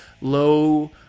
low